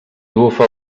bufa